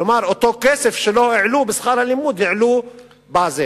כלומר, אותו כסף שלא העלו בשכר הלימוד העלו בזה.